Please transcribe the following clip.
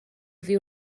oddi